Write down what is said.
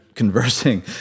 Conversing